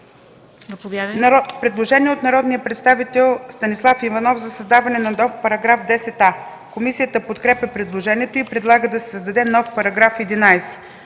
Предложение от народния представител Станислав Иванов за създаване на нов § 10а. Комисията подкрепя предложението и предлага да се създаде нов § 11: „§ 11.